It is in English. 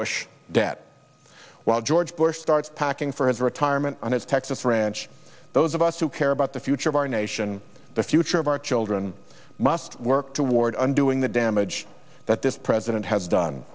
wish debt while george bush starts packing for his retirement on his texas ranch those of us who care about the future of our nation the future of our children must work toward and doing the damage that this president has done